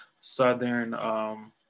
southern